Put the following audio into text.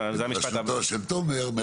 בראשותו של תומר,